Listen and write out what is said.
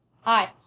Hi